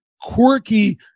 quirky